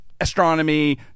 astronomy